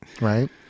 Right